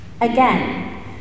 Again